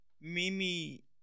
Mimi